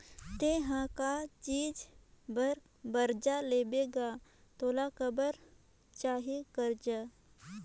ते हर का चीच बर बरजा लेबे गा तोला काबर चाही करजा